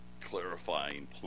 Clarifying